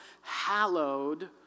hallowed